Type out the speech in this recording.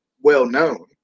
well-known